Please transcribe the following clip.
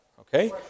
Okay